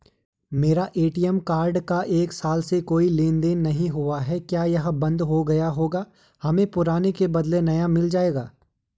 मेरा ATM card का एक साल से कोई लेन देन नहीं हुआ है क्या यह बन्द हो गया होगा हमें पुराने के बदलें नया मिल जाएगा?